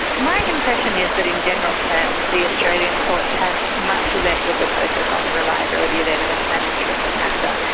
my impression is that in general terms the australian courts have much less of a focus on the reliability of evidence than is true in canada,